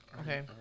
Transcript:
Okay